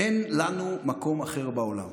אין לנו מקום אחר בעולם.